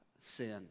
sin